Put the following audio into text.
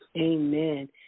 Amen